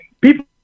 people